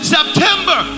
September